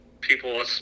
people